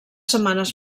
setmanes